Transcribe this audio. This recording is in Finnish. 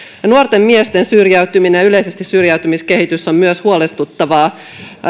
nuorten miesten syrjäytyminen ja yleisesti syrjäytymiskehitys on myös huolestuttavaa